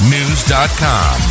News.com